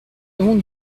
avons